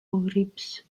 rips